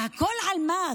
והכול על מה?